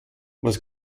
was